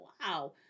wow